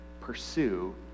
pursue